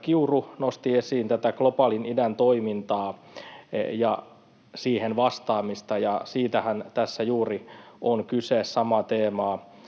Kiuru nosti esiin globaalin idän toimintaa ja siihen vastaamista, ja siitähän tässä juuri on kyse. Samaa teemaa